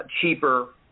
cheaper